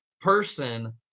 person